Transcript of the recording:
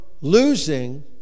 losing